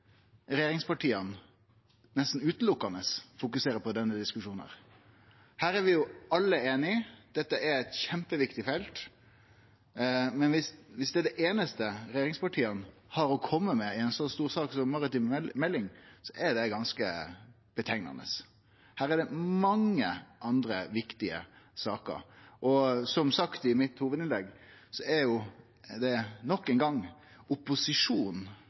regjeringspartia nesten utelukkande fokuserer på i denne diskusjonen. Her er vi alle einige. Dette er eit kjempeviktig felt, men viss dette er det einaste regjeringspartia har å kome med i ei så stor sak som den maritime meldinga, seier det ganske mykje. Her er det mange andre viktige saker, og som eg sa i mitt hovudinnlegg, er det nok ein gong